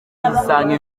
uyisanga